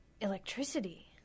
electricity